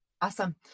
awesome